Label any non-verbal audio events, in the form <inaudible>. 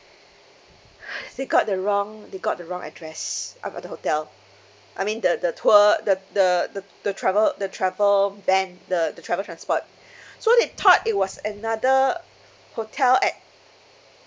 <noise> they got the wrong they got the wrong address of other hotel I mean the the tour the the the the travel the travel van the the travel transport <breath> so they thought it was another hotel at